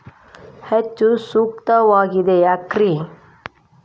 ಹೆಚ್ಚು ಸೂಕ್ತವಾಗಿದೆ ಯಾಕ್ರಿ?